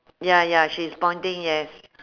ya ya she's pointing yes